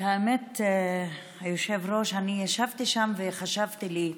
האמת, היושב-ראש, אני ישבתי שם וחשבתי לי: